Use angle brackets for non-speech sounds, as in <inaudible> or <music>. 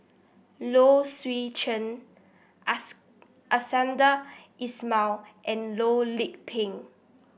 Low Swee Chen <unintelligible> Iskandar Ismail and Loh Lik Peng